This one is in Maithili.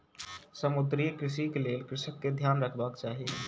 समुद्रीय कृषिक लेल कृषक के ध्यान रखबाक चाही